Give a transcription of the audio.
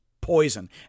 poison